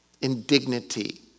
indignity